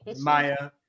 Maya